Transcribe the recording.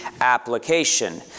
application